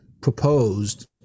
proposed